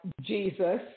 Jesus